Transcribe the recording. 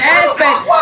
aspects